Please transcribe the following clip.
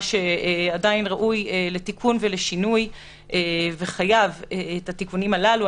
שעדיין ראוי לתיקון ולשינוי וחייב את התיקונים הללו.